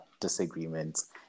disagreements